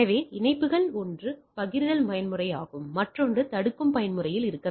எனவே இணைப்புகள் ஒன்று பகிர்தல் பயன்முறையாகும் மற்றொன்று தடுக்கும் பயன்முறையில் இருக்கும்